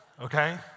okay